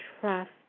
trust